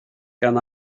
gan